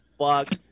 fuck